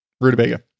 rutabaga